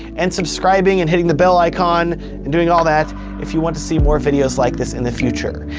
and subscribing and hitting the bell icon and doing all that if you want to see more videos like this in the future.